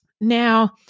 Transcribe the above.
Now